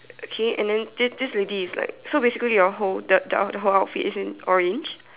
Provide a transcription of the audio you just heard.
okay and then this this lady is like so basically the whole the the whole outfit is in orange